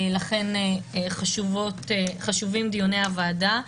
לכן חשובים דיוני הוועדה.